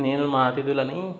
నేను మా అతిధులని